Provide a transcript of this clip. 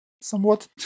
somewhat